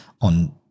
on